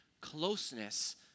closeness